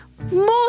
more